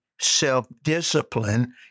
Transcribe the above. self-discipline